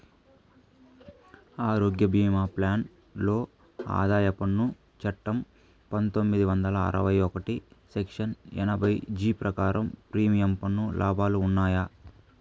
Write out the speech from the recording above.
ఆరోగ్య భీమా ప్లాన్ లో ఆదాయ పన్ను చట్టం పందొమ్మిది వందల అరవై ఒకటి సెక్షన్ ఎనభై జీ ప్రకారం ప్రీమియం పన్ను లాభాలు ఉన్నాయా?